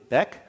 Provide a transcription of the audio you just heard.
Beck